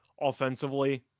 Offensively